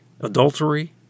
Adultery